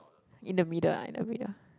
in the middle ah in the middle